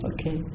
Okay